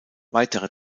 weitere